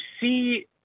see